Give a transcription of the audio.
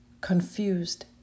confused